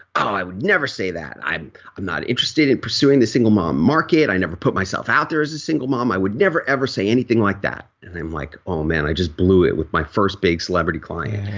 i would never say that. i'm i'm not interested in pursuing the single mom market. i never put myself out there as a single mom. i would never ever say anything like that. and i'm like oh man, i just blew it with my first big celebrity client